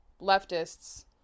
leftists